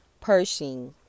Pershing